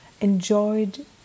enjoyed